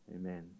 amen